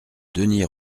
denys